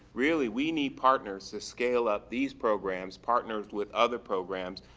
really, we need partners to scale up these programs, partners with other programs.